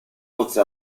oltre